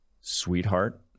sweetheart